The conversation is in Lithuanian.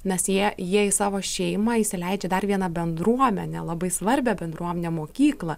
nes jie jie į savo šeimą įsileidžia dar vieną bendruomenę labai svarbią bendruomenę mokyklą